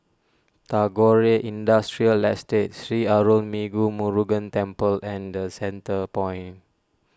Tagore Industrial Estate Sri Arulmigu Murugan Temple and the Centrepoint